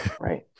Right